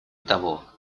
того